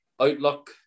outlook